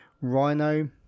Rhino